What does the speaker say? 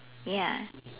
ya